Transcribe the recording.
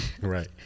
Right